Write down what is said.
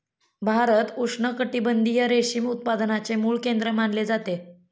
भारत उष्णकटिबंधीय रेशीम उत्पादनाचे मूळ केंद्र मानले जाते